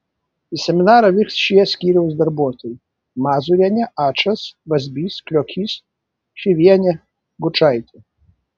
į seminarą vyks šie skyriaus darbuotojai mazūrienė ačas vazbys kliokys šyvienė gučaitė